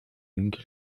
linke